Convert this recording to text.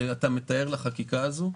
שאתה מתאר לחקיקה הזאת.